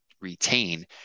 retain